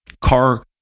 car